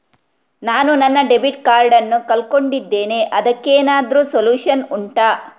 ನಾನು ನನ್ನ debit card ನ್ನು ಕಳ್ಕೊಂಡಿದ್ದೇನೆ ಅದಕ್ಕೇನಾದ್ರೂ ಸೊಲ್ಯೂಷನ್ ಉಂಟಾ